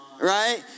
right